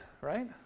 right